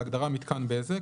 בהגדרה "מיתקן בזק",